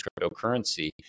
cryptocurrency